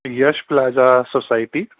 Yash plaza society